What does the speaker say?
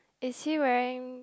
is he wearing